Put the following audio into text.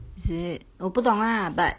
is it 我不懂啦 but